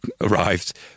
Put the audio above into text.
arrived